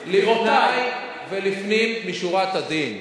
גבירותי, לפני ולפנים משורת הדין.